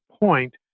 point